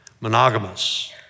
Monogamous